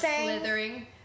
Slithering